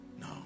No